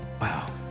Wow